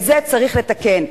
את זה צריך לתקן.